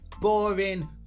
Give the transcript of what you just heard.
boring